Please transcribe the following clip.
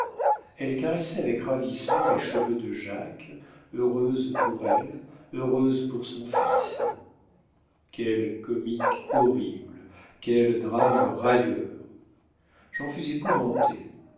elle caressait avec ravissement les cheveux de jacques heureuse pour elle heureuse pour son fils quel comique horrible quel drame railleur j'en fus épouvanté